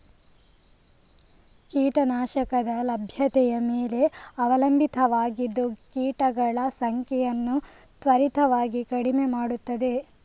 ಕೀಟ ನಾಶಕದ ಲಭ್ಯತೆಯ ಮೇಲೆ ಅವಲಂಬಿತವಾಗಿದ್ದು ಕೀಟಗಳ ಸಂಖ್ಯೆಯನ್ನು ತ್ವರಿತವಾಗಿ ಕಡಿಮೆ ಮಾಡುತ್ತದೆ